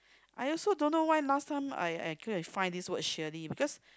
I also don't know why last time I I couldn't find this word Sherry just